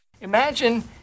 Imagine